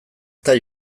eta